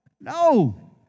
No